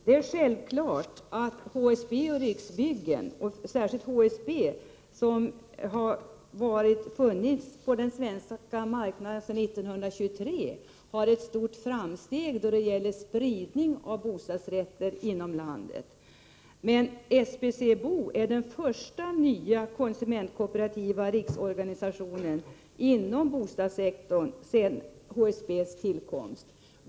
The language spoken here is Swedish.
Det är självklart att HSB och Riksbyggen, särskilt HSB som har funnits på den svenska marknaden sedan 1923, har ett stort försteg då det gäller spridning av bostadsrätter inom landet. Men SBC BO är den första nya konsumentkooperativa riksorganisationen inom bostadssektorn sedan HSB:s tillkomst.